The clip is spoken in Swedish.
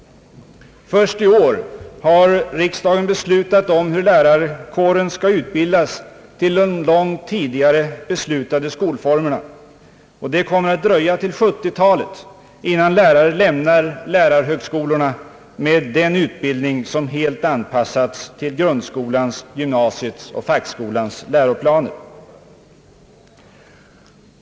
Först i år har riksdagen beslutat om hur lärarkåren skall utbildas för de långt tidigare beslutade skolformerna. Det kommer att dröja fram till 1970-talet innan lärare lämnar lärarhögskolorna med en utbildning som helt anpassats till grundskolans, gymnasiets och fackskolans läroplaner.